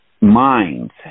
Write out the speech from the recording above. minds